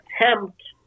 attempt